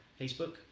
Facebook